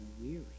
weary